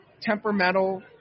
temperamental